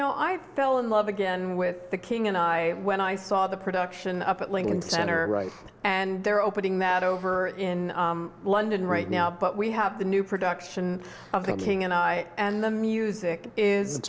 know i fell in love again with the king and i when i saw the production up at lincoln center right and their opening met over in london right now but we have the new production of thinking and i and the music is a